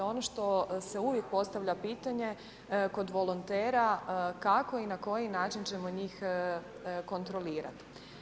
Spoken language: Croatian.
Ono što se uvijek postavlja pitanje, kod volontera kako i na koji način ćemo njih kontrolirati.